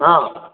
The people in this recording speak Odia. ହଁ